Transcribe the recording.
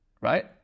Right